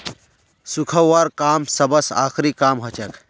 सुखव्वार काम सबस आखरी काम हछेक